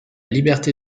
liberté